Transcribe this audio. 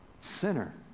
sinner